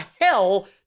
hell